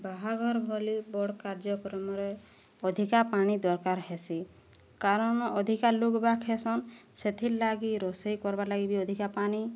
ବାହାଘର୍ ଭଲି ବଡ଼୍ କାର୍ଯ୍ୟକ୍ରମରେ ଅଧିକା ପାଣି ଦରକାର୍ ହେସି କାରଣ ଅଧିକା ଲୋକବାକ୍ ହେସନ୍ ସେଥିର୍ ଲାଗି ରୋଷେଇ କର୍ବାର୍ ଲାଗି ବି ଅଧିକା ପାନି